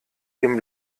dem